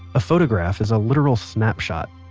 a photograph is a literal snapshot.